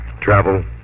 travel